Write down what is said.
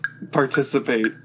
participate